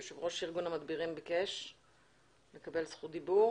יושב-ראש ארגון המדבירים ביקש לקבל זכות דיבור.